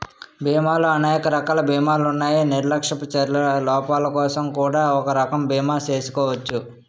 బీమాలో అనేక రకాల బీమాలున్నాయి నిర్లక్ష్యపు చర్యల లోపాలకోసం కూడా ఒక రకం బీమా చేసుకోచ్చు